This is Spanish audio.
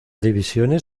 divisiones